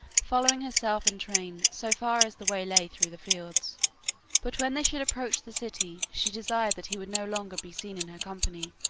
following herself and train so far as the way lay through the fields but when they should approach the city she desired that he would no longer be seen in her company,